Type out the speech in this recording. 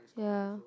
yeah